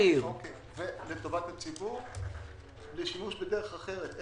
לטובת הציבור לשימוש בדרך אחרת.